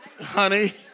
Honey